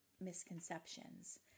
misconceptions